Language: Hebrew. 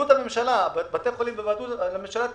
הממשלה, שבתי חולים בבעלות הממשלה יגידו: